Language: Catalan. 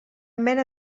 mena